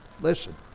listen